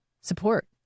support